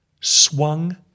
swung